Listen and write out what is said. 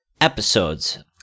episodes